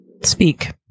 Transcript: speak